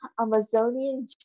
Amazonian